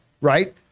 right